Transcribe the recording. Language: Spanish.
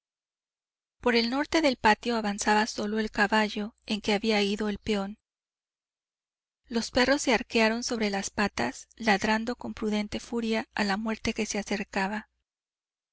por el norte del patio avanzaba solo el caballo en que había ido el peón los perros se arquearon sobre las patas ladrando con prudente furia a la muerte que se acercaba